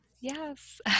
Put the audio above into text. Yes